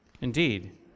Indeed